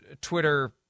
Twitter